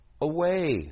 away